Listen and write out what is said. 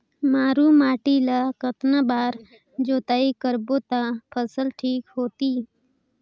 मारू माटी ला कतना बार जुताई करबो ता फसल ठीक होती?